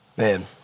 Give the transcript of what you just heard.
Man